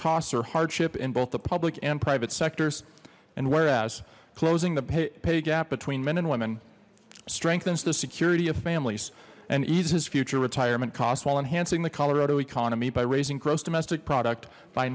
costs or hardship in both the public and private sectors and whereas closing the pay gap between men and women strengthens the security of families and eases future retirement costs while enhancing the colorado economy by raising gross domestic product by